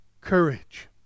courage